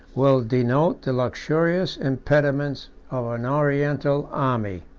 will denote the luxurious impediments of an oriental army.